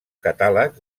catàlegs